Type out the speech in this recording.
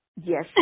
Yes